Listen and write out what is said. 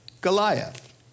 Goliath